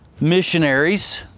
missionaries